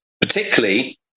particularly